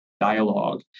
dialogue